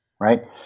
right